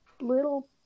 little